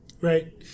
Right